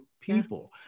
people